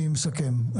אני מסכם.